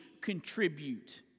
contribute